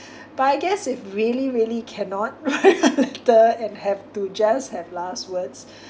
but I guess if really really cannot write a letter and have to just have last words